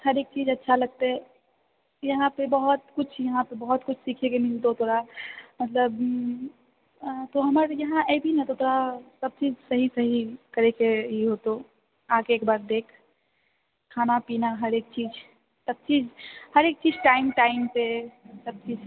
हरेक चीज अच्छा लगतै यहाँ पे बहुत किछु यहाँ पे बहुत किछु सीखएके मिलतौ तोरा तू हमर यहाँ एबही ने तऽ तोहर सब चीज सही सही करैके ई हेतौ आरके एकबार देख खाना पीना हरेक चीज सबचीज हरेक चीज टाइम टाइम पे सब चीज